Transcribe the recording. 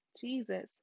Jesus